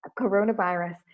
coronavirus